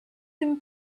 him